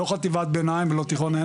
לא חטיבת ביניים ולא תיכונים,